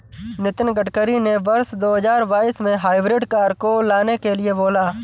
नितिन गडकरी ने वर्ष दो हजार बाईस में हाइब्रिड कार को लाने के लिए बोला